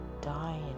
dying